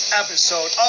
episode